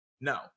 no